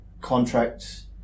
contracts